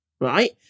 right